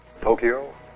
Tokyo